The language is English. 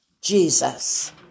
Jesus